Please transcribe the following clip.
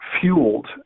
fueled